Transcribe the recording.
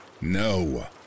No